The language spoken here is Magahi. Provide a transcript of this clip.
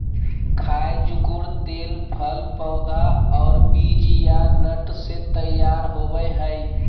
खाय जुकुर तेल फल पौधा और बीज या नट से तैयार होबय हइ